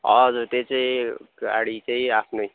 हजुर त्यो चाहिँ गाडी चाहिँ आफ्नै